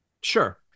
Sure